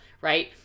right